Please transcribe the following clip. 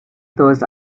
those